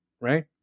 right